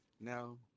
No